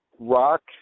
Rock